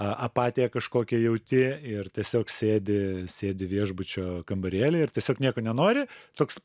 a apatiją kažkokią jauti ir tiesiog sėdi sėdi viešbučio kambarėly ir tiesiog nieko nenori toks